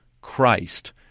Christ